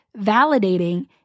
validating